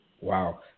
Wow